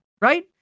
right